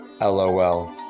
LOL